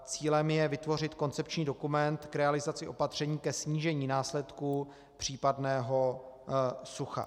Cílem je vytvořit koncepční dokument k realizaci opatření ke snížení následků případného sucha.